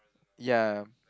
ya